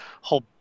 whole